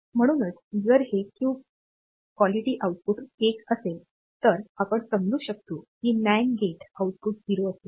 म्हणून जर हे Q गुणवत्ता आउटपुट 1 असेल तर आपण समजू शकतो की NAND गेट आउटपुट 0 असेल